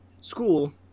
school